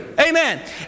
Amen